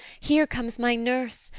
here comes my nurse,